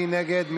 מי נגד?